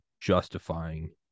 justifying